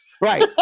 Right